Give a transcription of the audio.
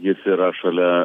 jis yra šalia